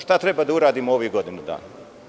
Šta treba da uradimo u ovih godinu dana?